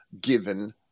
given